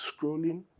scrolling